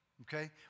okay